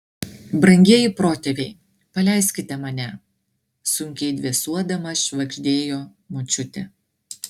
brangieji protėviai paleiskite mane sunkiai dvėsuodama švagždėjo močiutė